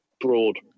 broad